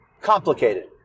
complicated